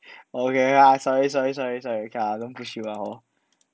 okay lah sory sorry sorry sorry okay lah I don't push you lah hor